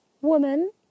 woman